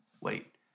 wait